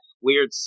Weird